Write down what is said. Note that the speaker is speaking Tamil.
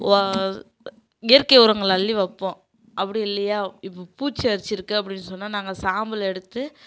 ஓ இயற்கை உரங்களை அள்ளி வைப்போம் அப்படி இல்லையா இப்போ பூச்சி அரிச்சிருக்கு அப்டினு சொன்னால் நாங்கள் சாம்பல் எடுத்து